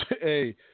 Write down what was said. Hey